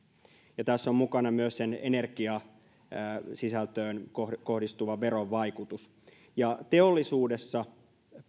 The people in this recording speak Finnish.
ja tässä on mukana myös sen energiasisältöön kohdistuvan veron vaikutus teollisuudessa